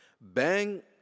Bang